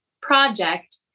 project